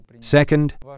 Second